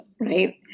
right